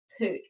put